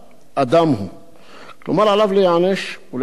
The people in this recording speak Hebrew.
כלומר, עליו להיענש, ולעתים להיענש אף בחומרה רבה,